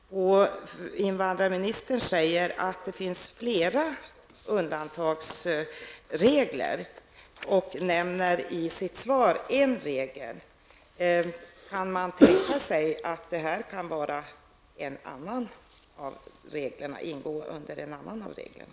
Invandrarministern säger att det finns flera undantagsregler och nämner i sitt svar en sådan regel. Kan man tänka sig att det här kan gå in under någon annan av dessa regler?